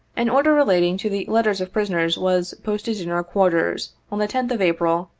an order relating to the letters of prisoners was posted in our quarters, on the tenth of april,